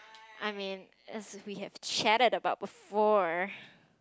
I mean we have chatted about before